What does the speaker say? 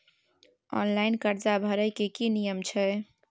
Online कर्जा भरै के की नियम छै?